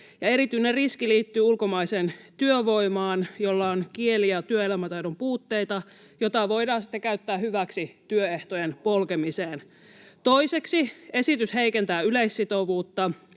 Erityinen riski liittyy ulkomaiseen työvoimaan, jolla on kieli- ja työelämätaitojen puutteita, joita voidaan sitten käyttää hyväksi työehtojen polkemiseksi. Toiseksi esitys heikentää yleissitovuutta.